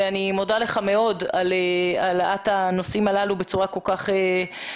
אני מאוד מודה לך על העלאת הנושאים הללו בצורה כל כך ברורה.